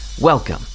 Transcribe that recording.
welcome